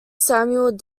samuel